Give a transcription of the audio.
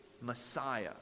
messiah